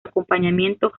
acompañamiento